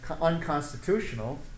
unconstitutional